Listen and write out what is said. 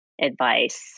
advice